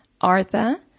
Artha